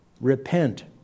Repent